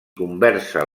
conversa